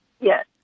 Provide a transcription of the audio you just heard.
Yes